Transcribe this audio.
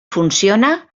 funciona